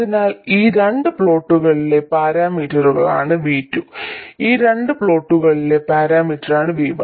അതിനാൽ ഈ രണ്ട് പ്ലോട്ടുകളിലെ പാരാമീറ്ററാണ് V2 ആ രണ്ട് പ്ലോട്ടുകളിലെ പാരാമീറ്ററാണ് V1